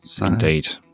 indeed